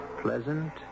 pleasant